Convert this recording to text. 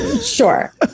Sure